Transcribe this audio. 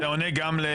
לא.